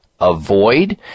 avoid